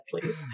please